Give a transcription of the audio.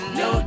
no